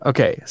Okay